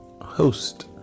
host